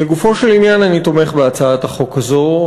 לגופו של עניין אני תומך בהצעת החוק הזו.